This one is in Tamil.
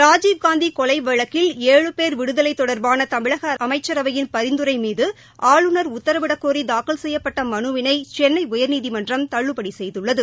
ராஜீவ்காந்தி கொலை வழக்கில் ஏழு பேர் விடுதலை தொடர்பான தமிழக அமைச்சரவையின் பரிந்துரை மீது ஆளுநர் உத்தரவிடக்கோரி தாக்கல் செய்யப்பட்ட மனுவினை சென்னை உயர்நீதிமன்றம் தள்ளுபடி செய்துள்ளது